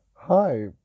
Hi